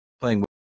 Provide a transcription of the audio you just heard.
playing